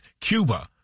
Cuba